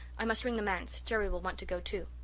i must ring the manse. jerry will want to go, too.